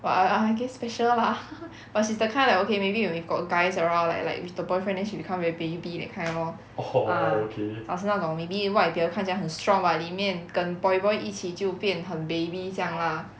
but I I I guess special lah but she's the kind like okay maybe when we got guys around like like with the boyfriend then she become very baby that kind lor ah 是那种 maybe 外表看起来很 strong but 里面跟 boy boy 一起就变很 baby 这样 lah